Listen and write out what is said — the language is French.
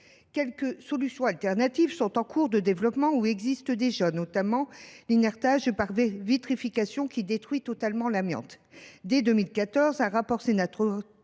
Quelques solutions alternatives sont en cours de développement ou existent déjà, notamment l’inertage par vitrification, qui détruit totalement l’amiante. Dès 2014, un rapport sénatorial